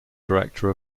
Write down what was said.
director